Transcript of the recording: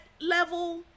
level